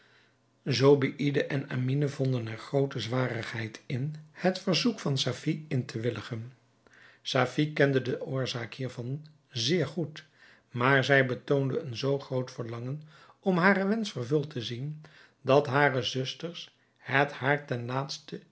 zobeïde en amine vonden er groote zwarigheid in het verzoek van safie in te willigen safie kende de oorzaak hiervan zeer goed maar zij betoonde een zoo groot verlangen om haren wensch vervuld te zien dat hare zusters het haar ten laatste